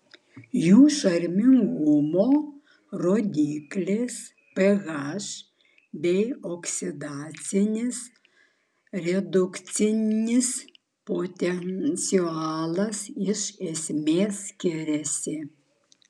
jų šarmingumo rodiklis ph bei oksidacinis redukcinis potencialas iš esmės skiriasi